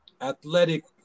athletic